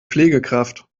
pflegekraft